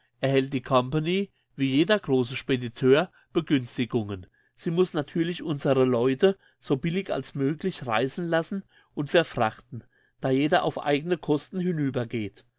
erhält die company wie jeder grosse spediteur begünstigungen sie muss natürlich unsere leute so billig als möglich reisen lassen und verfrachten da jeder auf eigene kosten hinübergeht